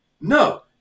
No